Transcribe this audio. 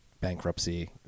bankruptcy